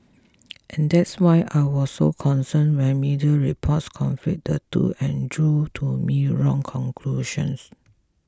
and that's why I was so concerned when media reports conflate the two and drew to me wrong conclusions